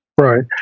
Right